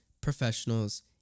professionals